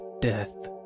death